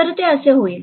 तर ते असे होईल